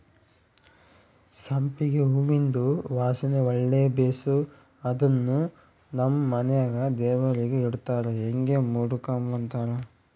ಸಂಪಿಗೆ ಹೂವಿಂದು ವಾಸನೆ ಒಳ್ಳೆ ಬೇಸು ಅದುನ್ನು ನಮ್ ಮನೆಗ ದೇವರಿಗೆ ಇಡತ್ತಾರ ಹಂಗೆ ಮುಡುಕಂಬತಾರ